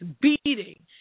beating